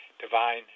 divine